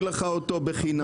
הינה, אני מעביר לך אותו בחינם.